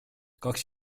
kaks